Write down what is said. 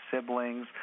siblings